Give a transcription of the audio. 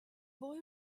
boy